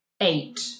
Eight